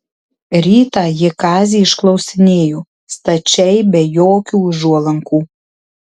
rytą ji kazį išklausinėjo stačiai be jokių užuolankų